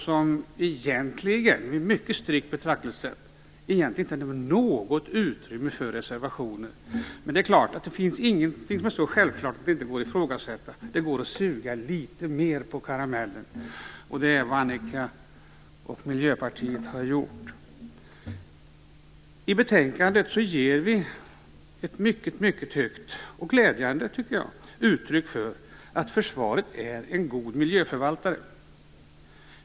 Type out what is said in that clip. Med ett mycket strikt betraktelsesätt, lämnas egentligen inte något utrymme för reservationer. Men det är klart: Det finns inget som är så självklart att det inte går att ifrågasätta. Det går att suga litet mer på karamellen. Det är vad Annika Nordgren och Miljöpartiet har gjort. I betänkandet ger vi, mycket glädjande tycker jag, uttryck för att försvaret är en god miljöförvaltare.